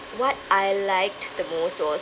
what I liked the most was